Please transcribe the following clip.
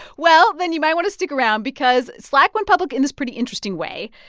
well, then you might want to stick around because slack went public in this pretty interesting way.